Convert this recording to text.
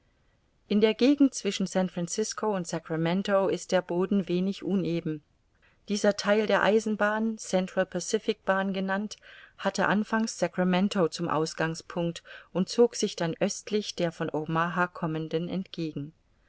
in der gegend zwischen san francisco und sacramento ist der boden wenig uneben dieser theil der eisenbahn central pacific bahn genannt hatte anfangs sacramento zum ausgangspunkt und zog sich dann östlich der von omaha kommenden entgegen